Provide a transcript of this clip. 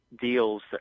deals